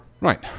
Right